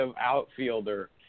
outfielder